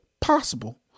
possible